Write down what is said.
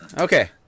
okay